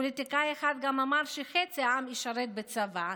פוליטיקאי אחד גם אמר שחצי עם ישרת בצבא,